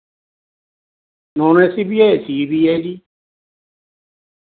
non AC ਵੀ ਹੈ ਜੀ ਏਸੀ ਵੀ ਹੈ ਜੀ